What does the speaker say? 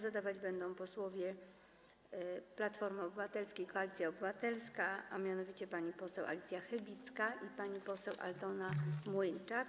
Zadawać je będą posłowie Platformy Obywatelskiej - Koalicji Obywatelskiej, mianowicie pani poseł Alicja Chybicka i pani poseł Aldona Młyńczak.